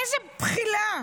איזו בחילה.